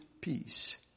peace